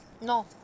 no